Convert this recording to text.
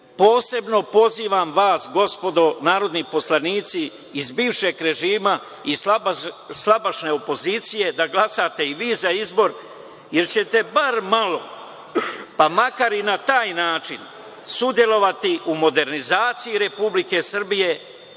Posebno pozivam vas gospodo narodni poslanici iz bivšeg režima i slabašne opozicije da glasate i vi za izbor, jer ćete bar malo, pa makar i na taj način, sudelovati u modernizaciji Republike Srbije